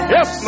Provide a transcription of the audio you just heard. Yes